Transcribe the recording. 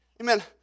Amen